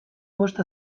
bost